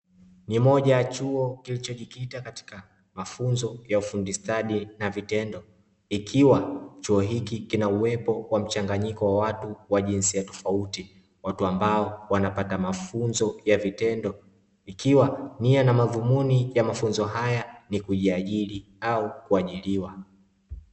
Ni moja ya chuo kilichojikita katika mafunzo ya ufundi stadi, na vitendo ikiwa chuo hiki kina uwepo kwa mchanganyiko wa watu wa jinsi ya tofauti, watu ambao wanapata mafunzo ya vitendo ikiwa nia na madhumuni ya mafunzo haya ni kujiajiri au kwajiriwa.